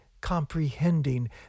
comprehending